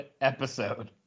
episode